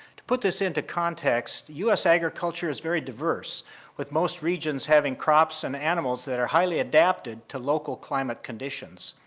to put this into context, u s. agriculture is very diverse with most regions having crops and animals that are highly adapted to local climate conditions.